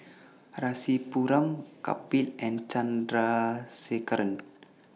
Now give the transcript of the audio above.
Rasipuram Kapil and Chandrasekaran